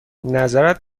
نظرت